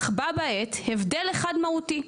אך בה בעת הבדל אחד מהותי,